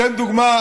לשם דוגמה,